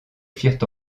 firent